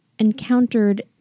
encountered